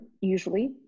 usually